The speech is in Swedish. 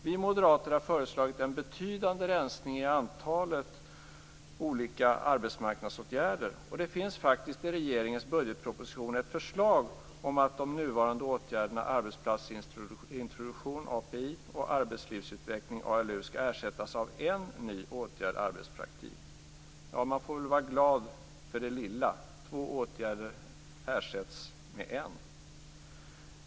Vi moderater har föreslagit en betydande rensning i antalet olika arbetsmarknadsåtgärder. Och det finns faktiskt i regeringens budgetproposition ett förslag om att de nuvarande åtgärderna arbetsplatsintroduktion och arbetslivsutveckling skall ersättas av en ny åtgärd, kallad arbetspraktik. Man får väl vara glad för det lilla. Två åtgärder ersätts av en.